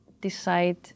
decide